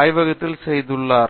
ஆய்வகத்தில் செய்துள்ளார்